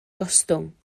gostwng